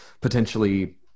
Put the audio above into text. potentially